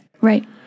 Right